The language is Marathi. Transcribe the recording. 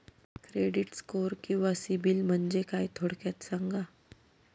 क्रेडिट स्कोअर किंवा सिबिल म्हणजे काय? थोडक्यात सांगा